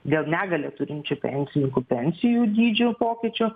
dėl negalią turinčių pensininkų pensijų dydžių pokyčio